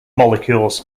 molecules